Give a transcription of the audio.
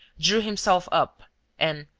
drew himself up and,